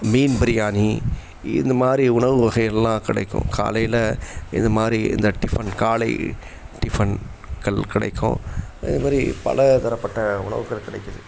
மீன் பிரியாணி இந்த மாதிரி உணவு வகைகளெலாம் கிடைக்கும் காலையில் இது மாதிரி இந்த டிஃபன் காலை டிஃபன்கள் கிடைக்கும் இது மாதிரி பல தரப்பட்ட உணவுகள் கிடைக்குது